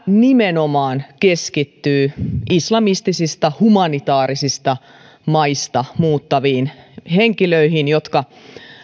nimenomaan keskittyy islamistisista humanitaarisista maista muuttaviin henkilöihin jotka